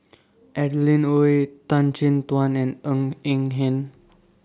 Adeline Ooi Tan Chin Tuan and Ng Eng Hen